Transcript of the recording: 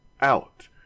out